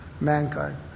mankind